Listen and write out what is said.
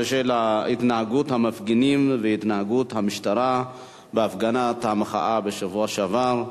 התנהגות המפגינים והתנהגות המשטרה בהפגנת המחאה בשבוע שעבר,